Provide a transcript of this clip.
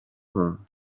μου